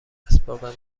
اسباب